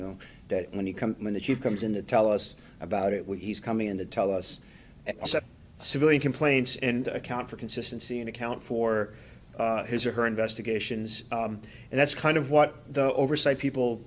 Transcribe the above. know that when you come in that you've comes in to tell us about it we he's coming in to tell us civilian complaints and account for consistency and account for his or her investigations and that's kind of what the oversight people